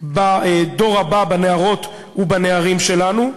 בדור הבא, בנערות ובנערים שלו,